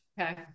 okay